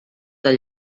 del